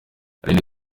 aline